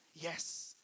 Yes